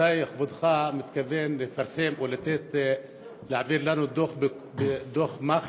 מתי כבודך מתכוון לפרסם או להעביר לנו דוח מח"ש